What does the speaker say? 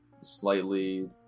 slightly